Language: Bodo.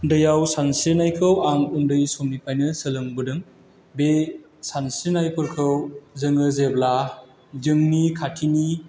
दैयाव सानस्रिनायखौ आं उन्दै समनिफ्रायनो सोलोंबोदों बे सानस्रिनायफोरखौ जोङो जेब्ला जोंनि खाथिनि